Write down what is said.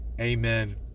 Amen